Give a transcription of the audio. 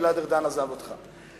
גלעד ארדן עזב אותך,